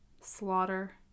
Slaughter